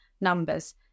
numbers